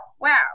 wow